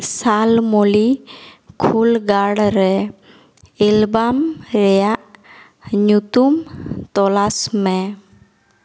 ᱥᱟᱞᱢᱚᱞᱤ ᱠᱷᱳᱞᱜᱟᱲ ᱨᱮ ᱮᱞᱵᱟᱢ ᱨᱮᱭᱟᱜ ᱧᱩᱛᱩᱢ ᱛᱚᱞᱟᱥ ᱢᱮ